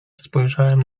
spojrzałem